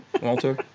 Walter